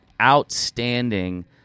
outstanding